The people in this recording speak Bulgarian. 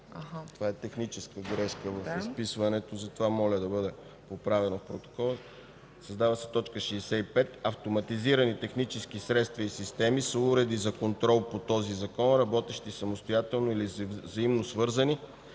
има техническа грешка в изписването –„Създава се т. 65”. Моля да бъде коригирано в протокола: „2. Създава се т. 65: „65. „Автоматизирани технически средства и системи” са уреди за контрол по този закон, работещи самостоятелно или взаимно свързани,